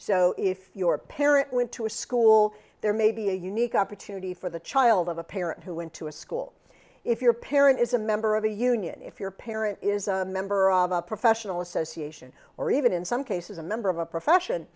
so if your parent went to a school there may be a unique opportunity for the child of a parent who went to a school if your parent is a member of a union if your parent is a member of a professional association or even in some cases a member of a profession